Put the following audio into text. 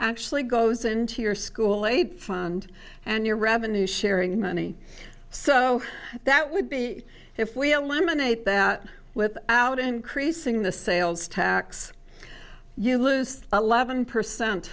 actually goes into your school late fund and your revenue sharing money so that would be if we eliminate that without increasing the sales tax you lose a loved one percent